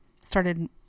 started